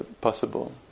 possible